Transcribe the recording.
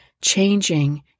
changing